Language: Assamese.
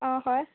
অঁ হয়